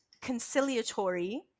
conciliatory